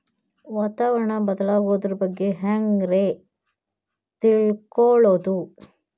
ವಾತಾವರಣ ಬದಲಾಗೊದ್ರ ಬಗ್ಗೆ ಹ್ಯಾಂಗ್ ರೇ ತಿಳ್ಕೊಳೋದು?